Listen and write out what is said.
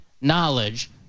knowledge